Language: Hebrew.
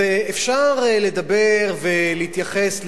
אפשר לדבר ולהתייחס,